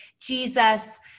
Jesus